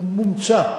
הוא מומצא.